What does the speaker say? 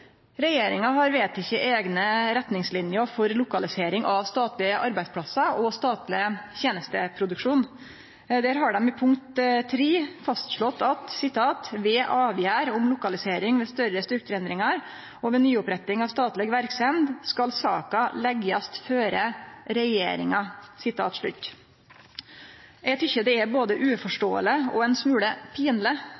Regjeringa har vedteke eigne retningsliner for lokalisering av statlege arbeidsplassar og statleg tenesteproduksjon. Der har ein i punkt 3 slege fast: «Ved avgjerd om lokalisering ved større strukturendringar og ved nyoppretting av statleg verksemd, skal saka leggjast føre regjeringa.» Eg tykkjer det både er